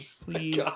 please